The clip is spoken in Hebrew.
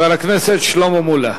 חבר הכנסת שלמה מולה.